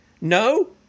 No